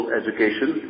education